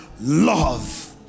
love